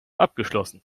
abgeschlossen